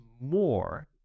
more